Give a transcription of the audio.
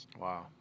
Wow